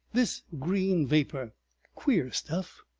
this green vapor queer stuff.